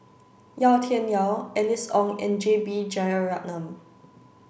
Yau Tian Yau Alice Ong and J B Jeyaretnam